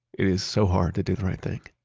it is so hard to do the right thing.